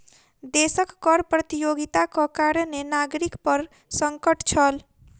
देशक कर प्रतियोगिताक कारणें नागरिक पर संकट छल